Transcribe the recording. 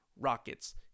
Rockets